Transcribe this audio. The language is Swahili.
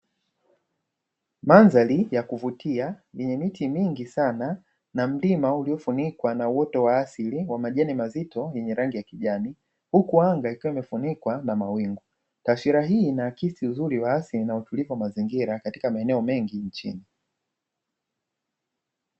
Mandhari ya kuvutia yenye miti mingi sana na mlima uliofunikwa na uoto wa asili wa majani mazito yenye rangi ya kijani huku anga likiwa limefunikwa na mawingu, taswira hii inaakisi uzuri wa asili na utulivu wa mazingira katika maeneo mengi nchini.